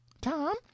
Tom